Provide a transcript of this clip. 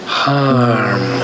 harm